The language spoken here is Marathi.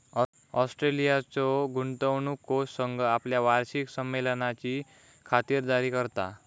ऑस्ट्रेलियाचो गुंतवणूक कोष संघ आपल्या वार्षिक संमेलनाची खातिरदारी करता